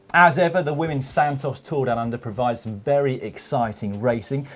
as ever, the women's santos tour down under provides some very exciting racing.